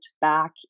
back